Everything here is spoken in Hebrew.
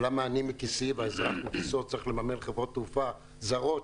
אבל למה אני מכיסי והאזרח מכיסו צריך לממן חברות תעופה זרות,